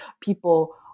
people